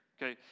Okay